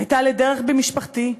הייתה לדרך במשפחתי,